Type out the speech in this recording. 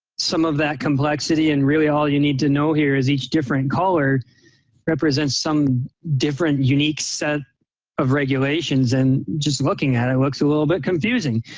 some of that complexity. and really all you need to know here is each different color represents some different unique set of regulations. and just looking at it, it looks a little bit confusing.